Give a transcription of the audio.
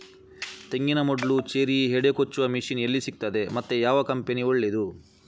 ತೆಂಗಿನ ಮೊಡ್ಲು, ಚೇರಿ, ಹೆಡೆ ಕೊಚ್ಚುವ ಮಷೀನ್ ಎಲ್ಲಿ ಸಿಕ್ತಾದೆ ಮತ್ತೆ ಯಾವ ಕಂಪನಿ ಒಳ್ಳೆದು?